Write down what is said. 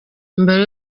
mbere